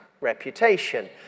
reputation